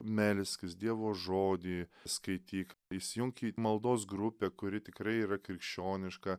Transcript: melskis dievo žodį skaityk įsijunk į maldos grupę kuri tikrai yra krikščioniška